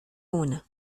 una